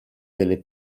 delle